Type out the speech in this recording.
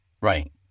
Right